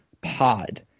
pod